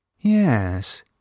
Yes